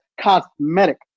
cosmetic